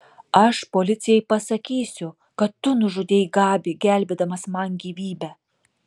aš policijai pasakysiu kad tu nužudei gabį gelbėdamas man gyvybę